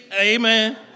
Amen